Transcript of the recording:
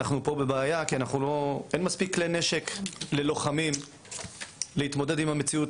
אנחנו פה בבעיה כי אין מספיק כלי נשק ללוחמים כדי להתמודד עם המציאות